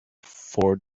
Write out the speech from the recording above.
for